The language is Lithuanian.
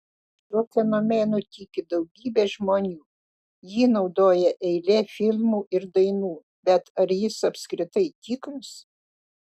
šiuo fenomenu tiki daugybė žmonių jį naudoja eilė filmų ir dainų bet ar jis apskritai tikras